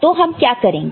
तो हम क्या करेंगे